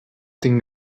tinc